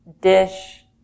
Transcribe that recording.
dish